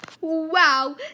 Wow